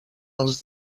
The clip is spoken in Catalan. els